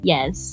Yes